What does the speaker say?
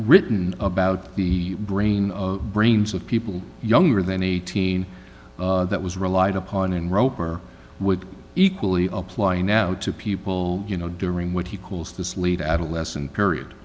written about the brain brains of people younger than eighteen that was relied upon and roper would equally apply now to people you know during what he calls the sleep adolescent period